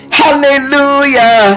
hallelujah